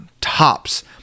tops